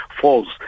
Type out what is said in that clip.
false